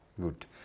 good